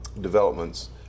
developments